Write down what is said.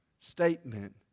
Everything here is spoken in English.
statement